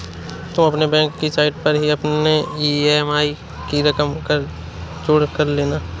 तुम अपने बैंक की साइट पर ही अपने ई.एम.आई की रकम का जोड़ कर लेना